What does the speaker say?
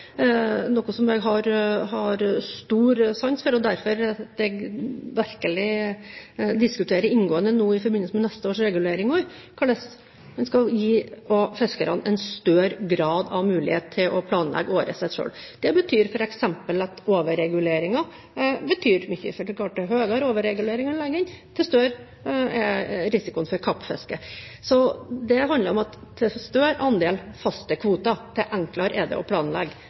jeg har stor sans for, og vi diskuterer virkelig inngående nå i forbindelse med neste års reguleringer hvordan en skal gi fiskerne større mulighet til å planlegge året sitt selv. Det viser f.eks. at overreguleringer betyr mye, for det er klart at dess høyere overreguleringer en legger inn, dess større er risikoen for kappfiske. Det handler om at dess større andel faste kvoter, dess enklere er det å planlegge.